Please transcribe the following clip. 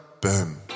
BOOM